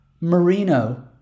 Merino